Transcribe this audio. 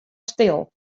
stil